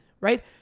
right